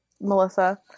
Melissa